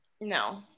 No